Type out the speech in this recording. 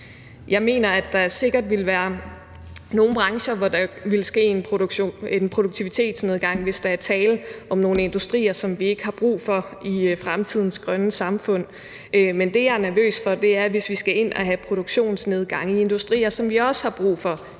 Jeg mener, at der sikkert vil være nogle brancher, hvor der vil ske en produktivitetsnedgang, hvis der er tale om nogle industrier, som vi ikke har brug for i fremtidens grønne samfund. Men det, jeg er nervøs for, er, hvis vi skal ind og have produktionsnedgang i industrier, som vi også har brug for